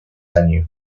menu